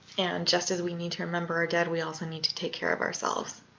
and just as we need to remember our dead we also need to take care of ourselves.